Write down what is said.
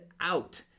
out